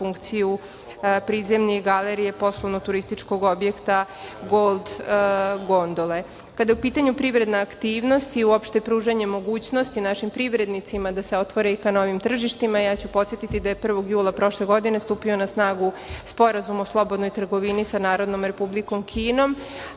funkciju prizemlje i galerije poslovno-turističkog objekta „Gold gondole“.Kada je u pitanju privredna aktivnost i uopšte pružanje mogućnosti našim privrednicama da se otvore ka novim tržištima, ja ću podsetiti da je 1. jula prošle godine stupio na snagu Sporazum o slobodnoj trgovini sa Narodnom Republikom Kinom,